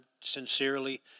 sincerely